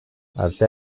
artea